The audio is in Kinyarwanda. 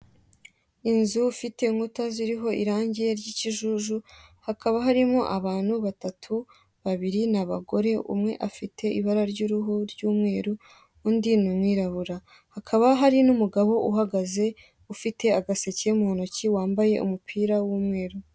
Inzu ifite inkuta ziriho irangi ry'ikijuju, hakaba harimo abantu batatu. Babiri ni abagore, umwe afite ibara ry'uruhu ry'umweru, undi ni umwirabura. Hakaba hari n'umugabo uhagaze, ufite agaseke mu ntoki, wambaye umupira w'umweru.